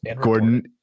gordon